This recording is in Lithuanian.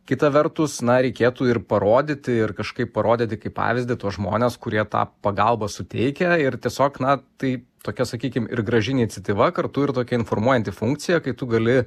kita vertus na reikėtų ir parodyti ir kažkaip parodyti kaip pavyzdį tuos žmones kurie tą pagalbą suteikia ir tiesiog na tai tokia sakykim ir graži iniciatyva kartu ir tokia informuojanti funkcija kai tu gali